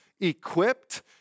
equipped